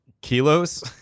Kilos